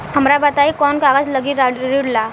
हमरा बताई कि कौन कागज लागी ऋण ला?